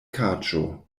kaĝo